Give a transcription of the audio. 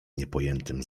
niepojętym